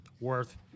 worth